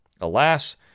Alas